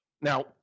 now